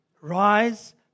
rise